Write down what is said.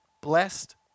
Blessed